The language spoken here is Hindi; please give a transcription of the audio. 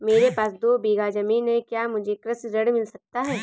मेरे पास दो बीघा ज़मीन है क्या मुझे कृषि ऋण मिल सकता है?